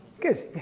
Good